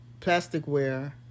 plasticware